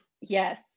yes